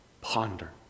ponder